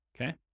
Okay